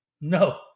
No